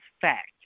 fact